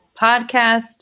podcast